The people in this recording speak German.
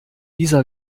dieser